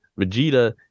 Vegeta